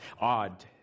odd